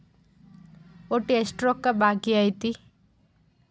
ಒಟ್ಟು ಎಷ್ಟು ರೊಕ್ಕ ಬಾಕಿ ಐತಿ?